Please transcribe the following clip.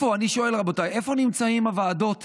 אני שואל, רבותיי: איפה נמצאות הוועדות?